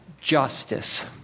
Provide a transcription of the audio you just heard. justice